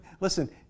listen